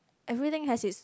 everything has its